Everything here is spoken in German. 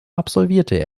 absolvierte